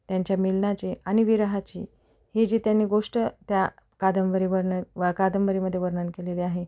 त्यांच्या मिलनाचे आणि विरहाची ही जी त्यांनी गोष्ट त्या कादंबरी वर्णन वा कादंबरीमध्ये वर्णन केलेले आहे